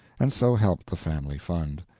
and so helped the family fund.